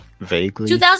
Vaguely